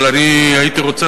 אבל אני הייתי רוצה,